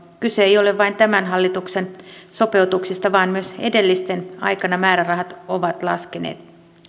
kyse ei ole vain tämän hallituksen sopeutuksista vaan myös edellisten aikana määrärahat ovat laskeneet